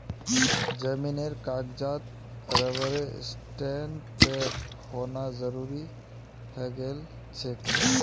जमीनेर कागजातत रबर स्टैंपेर होना जरूरी हइ गेल छेक